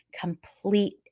complete